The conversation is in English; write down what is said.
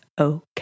okay